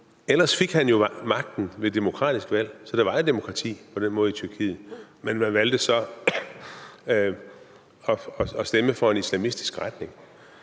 ellers fik han jo magten ved et demokratisk valg, så der var jo på den måde et demokrati i Tyrkiet. Men man valgte så at stemme for en islamistisk retning.